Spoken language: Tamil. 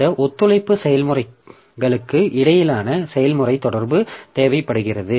இந்த ஒத்துழைப்பு செயல்முறைகளுக்கு இடையிலான செயல்முறை தொடர்பு தேவைப்படுகிறது